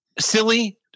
silly